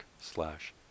slash